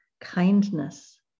kindness